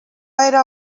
era